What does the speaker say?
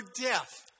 death